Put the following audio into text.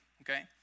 okay